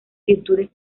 virtudes